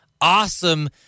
awesome